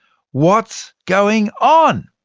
what's. going. on.